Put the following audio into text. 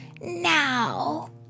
Now